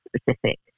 specific